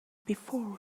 before